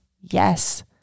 yes